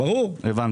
הבנתי.